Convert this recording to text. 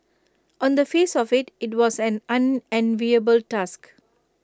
on the face of IT it was an unenviable task